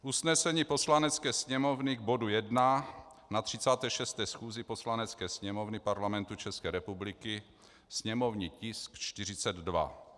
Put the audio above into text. Usnesení Poslanecké sněmovny k bodu 1 na 36. schůzi Poslanecké sněmovny Parlamentu České republiky, sněmovní tisk 42.